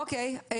אוקיי.